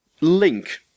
Link